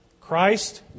Christ